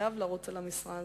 חייב לרוץ על המשרה הזאת.